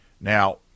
Now